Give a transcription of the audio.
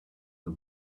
the